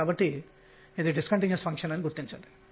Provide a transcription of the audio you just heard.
కాబట్టి మనం కలిగి వున్న ఎనర్జీ12mṙ212mr2